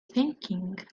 thinking